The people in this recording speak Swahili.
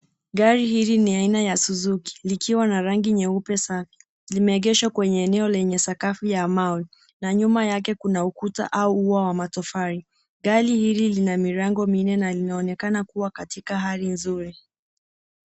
Gari hili ni aina ya suzuki likiwa na rangi nyeupe sana. Limeegeshwa kwenye eneo lenye sakafu ya mawe na nyuma yake kuna ukuta au ua wa matofali. Gari hili lina milango minne na linaonekana kuwa katika hali nzuri.